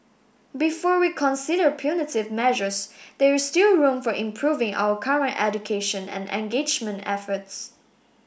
before we consider punitive measures there is still room for improving our current education and engagement efforts